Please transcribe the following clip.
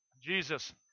Jesus